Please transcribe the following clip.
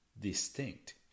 distinct